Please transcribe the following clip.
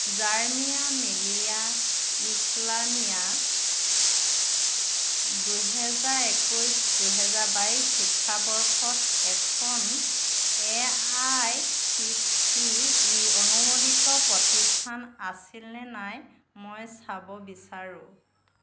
জামিয়া মিলিয়া ইছলামিয়া দুহেজাৰ একৈছ দুহেজাৰ বাইছ শিক্ষাবৰ্ষত এখন A I C T E অনুমোদিত প্ৰতিষ্ঠান আছিলনে নাই মই চাব বিচাৰোঁ